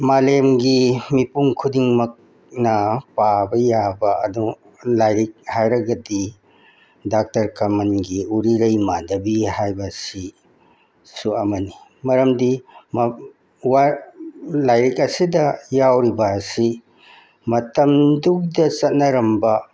ꯃꯥꯂꯦꯝꯒꯤ ꯃꯤꯄꯨꯡ ꯈꯨꯗꯤꯡꯃꯛꯅ ꯄꯥꯕ ꯌꯥꯕ ꯑꯗꯨ ꯂꯥꯏꯔꯤꯛ ꯍꯥꯏꯔꯒꯗꯤ ꯗꯥꯛꯇꯔ ꯀꯃꯜꯒꯤ ꯎꯔꯤꯔꯩ ꯃꯥꯙꯕꯤ ꯍꯥꯏꯕꯁꯤꯁꯨ ꯑꯃꯅꯤ ꯃꯔꯝꯗꯤ ꯂꯥꯏꯔꯤꯛ ꯑꯁꯤꯗ ꯌꯥꯎꯔꯤꯕ ꯑꯁꯤ ꯃꯇꯝꯗꯨꯗ ꯆꯠꯅꯔꯝꯕ